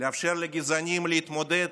לאפשר לגזענים להתמודד